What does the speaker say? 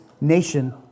nation